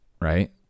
Right